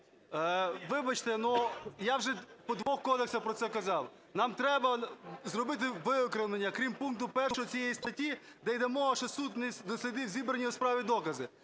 Вибачте, ну я вже по двох кодексах про це казав. Нам треба зробити виокремлення "крім пункту 1 цієї статті", де йде мова, що суд не дослідив зібрані у справі докази.